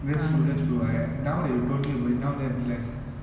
that's true that's true like now that you told me about it now then I realise